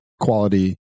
quality